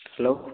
hello